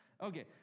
Okay